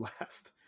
last